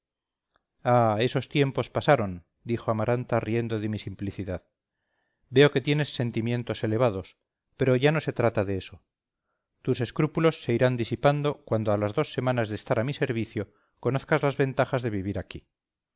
ah esos tiempos pasaron dijo amaranta riendo de mi simplicidad veo que tienes sentimientos elevados pero ya no se trata de eso tus escrúpulos se irán disipando cuando a las dos semanas de estar en mi servicio conozcas las ventajas de vivir aquí